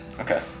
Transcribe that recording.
Okay